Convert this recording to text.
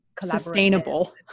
Sustainable